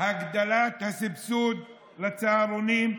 הגדלת הסבסוד לצהרונים,